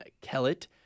Kellett